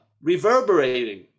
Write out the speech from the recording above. reverberating